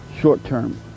short-term